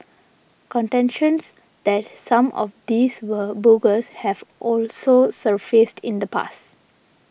contentions that some of these were bogus have also surfaced in the past